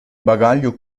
bagaglio